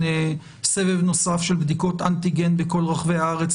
סבב נוסף של בדיקות אנטיגן בכל רחבי הארץ,